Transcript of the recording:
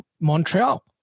montreal